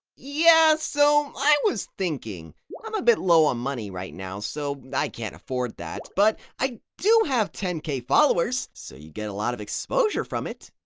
yeah so i was thinking i'm a bit low on money right now so i can't afford that but i do have ten k followers, so you would get a lot of exposure from it